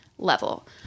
level